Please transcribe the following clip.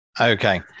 Okay